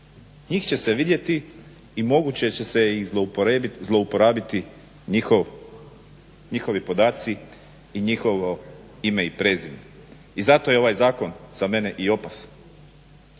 Njih će se vidjeti i moguće će ih se zlouporabiti njihovi podaci i njihovo ime i prezime i zato je ovaj zakon za mene i opasan.